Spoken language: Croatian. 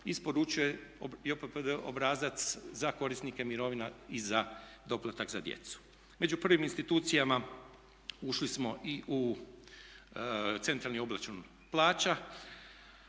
isporučuje JPPD obrazac za korisnike mirovina i za doplatak za djecu. Među prvim institucijama ušli smo i u centrali obračun plaća